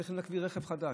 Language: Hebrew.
צריך כלי רכב חדש,